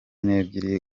n’ebyiri